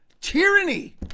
Tyranny